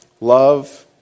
love